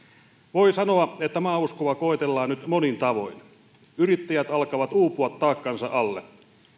voi sanoa että maauskoa koetellaan nyt monin tavoin yrittäjät alkavat uupua taakkansa alle